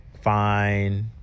fine